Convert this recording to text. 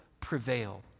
prevail